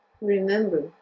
Remember